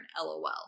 LOL